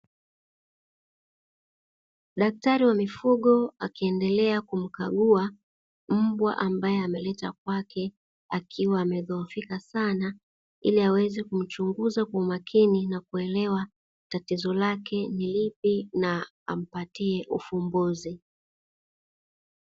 Daktari wa mifugo akiendelea kumkagua mbwa ambae ameletwa kwake, akiwa amedhohofika sana ili aweze kumchunguza kwa makini na kuelewa tatizo lake ni lipi na ampatie ufumbuzi.